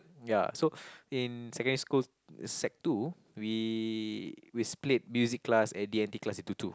ya so in secondary school sec two we we split music class and D and T class into two